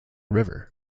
river